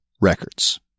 records